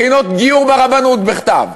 בחינות גיור ברבנות בכתב.